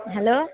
hello